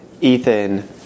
Ethan